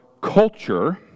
culture